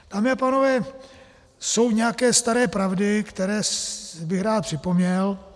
Dámy a pánové, jsou nějaké staré pravdy, které bych rád připomněl.